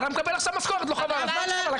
אתה מקבל עכשיו משכורת, לא חבל על הזמן שלך?